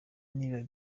niba